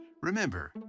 Remember